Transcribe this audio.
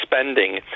spending